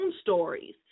stories